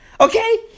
Okay